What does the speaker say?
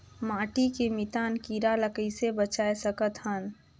माटी के मितान कीरा ल कइसे बचाय सकत हन?